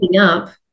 up